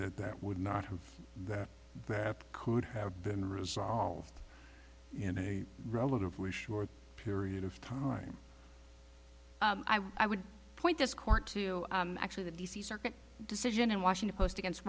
that that would not have that that could have been resolved in a relatively short period of time i would point this court to actually the d c circuit decision in washington post against